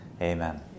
amen